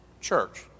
church